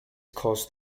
caused